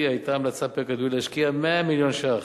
היתה המלצה בפרק הדיור להשקיע 100 מיליון ש"ח,